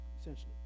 Essentially